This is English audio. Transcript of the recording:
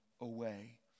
away